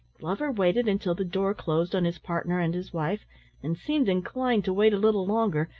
glover waited until the door closed on his partner and his wife and seemed inclined to wait a little longer,